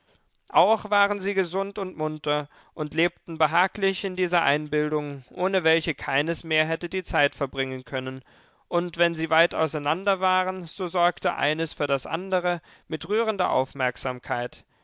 auch waren sie gesund und munter und lebten behaglich in dieser einbildung ohne welche keines mehr hätte die zeit verbringen können und wenn sie weit auseinander waren so sorgte eines für das andere mit rührender aufmerksamkeit